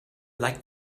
like